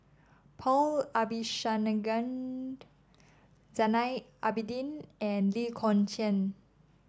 Paul Abisheganaden Zainal Abidin and Lee Kong Chian